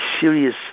serious